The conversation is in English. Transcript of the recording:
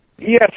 Yes